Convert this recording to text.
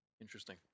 Interesting